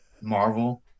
Marvel